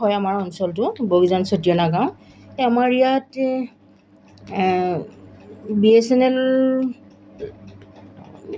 হয় আমাৰ অঞ্চলটো বগিজান ছটিয়না গাঁও এই আমাৰ ইয়াত এই বি এছ এন এল